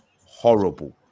horrible